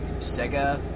Sega